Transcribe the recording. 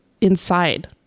inside